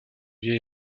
vieil